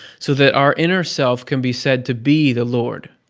so that our inner self can be said to be the lord.